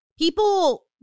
People